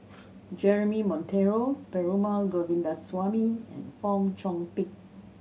Jeremy Monteiro Perumal Govindaswamy and Fong Chong Pik